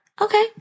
Okay